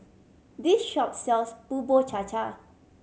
this shop sells Bubur Cha Cha